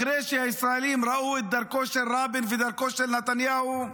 אחרי שהישראלים ראו את דרכו של רבין ודרכו של נתניהו,